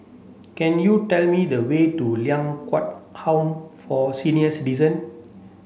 can you tell me the way to Ling Kwang Home for Senior Citizen